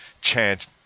chant